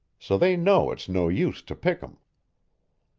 so they know it's no use to pick em.